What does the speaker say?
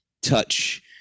touch